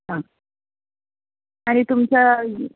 आं आनी तुमच्या